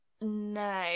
no